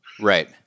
right